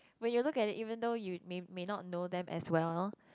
when you look at it even though you may may not know them as well